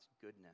goodness